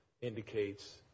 indicates